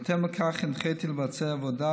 בהתאם לכך הנחיתי לבצע עבודה,